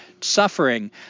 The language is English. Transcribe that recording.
suffering